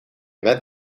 met